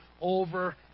over